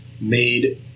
made